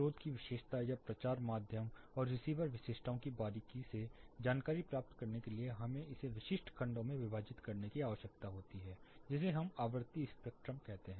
स्रोत की विशेषता या प्रचार माध्यम और रिसीवर विशेषताओं की बारीकी से जानकारी प्राप्त करने के लिए हमें इसे विशिष्ट खंडों में विभाजित करने की आवश्यकता होती है जिसे हम आवृत्ति स्पेक्ट्रम कहते हैं